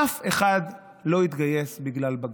אף אחד לא התגייס בגלל בג"ץ.